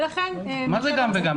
ולכן --- מה זה גם וגם?